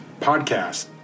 podcast